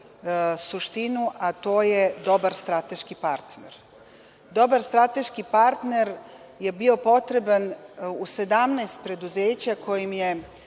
suštinu, a to je dobar strateški partner. Dobar strateški partner je bio potreban u 17 preduzeća kojim je